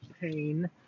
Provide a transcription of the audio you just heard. pain